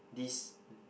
this